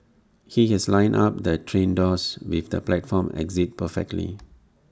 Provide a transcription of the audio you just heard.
he has lined up the train doors with the platform exit perfectly